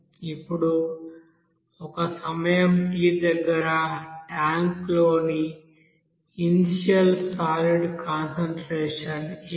ఇప్పుడు ఒక సమయం t దగ్గర ట్యాంక్ లోని ఇన్సియల్ సాలిడ్ కాన్సంట్రేషన్ ఏమిటి